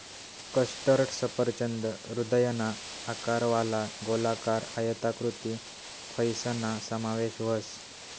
custard सफरचंद हृदयना आकारवाला, गोलाकार, आयताकृती फयसना समावेश व्हस